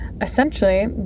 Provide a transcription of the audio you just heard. Essentially